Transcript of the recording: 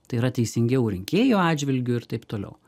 tai yra teisingiau rinkėjų atžvilgiu ir taip toliau